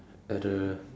at the